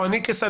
או אני כסניגור,